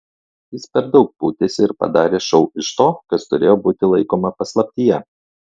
jis per daug pūtėsi ir padarė šou iš to kas turėjo būti laikoma paslaptyje